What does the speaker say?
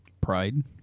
pride